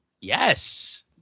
Yes